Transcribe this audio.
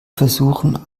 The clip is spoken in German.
versuchen